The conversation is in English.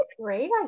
great